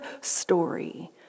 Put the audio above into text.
story